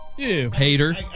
Hater